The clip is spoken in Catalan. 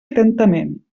atentament